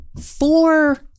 four